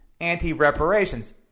anti-reparations